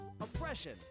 oppression